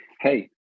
hey